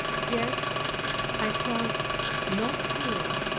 yet i felt no fear.